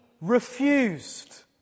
refused